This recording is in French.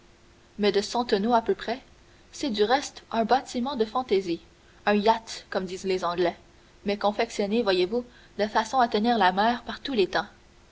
mais de cent tonneaux à peu près c'est du reste un bâtiment de fantaisie un yacht comme disent les anglais mais confectionné voyez-vous de façon à tenir la mer par tous les temps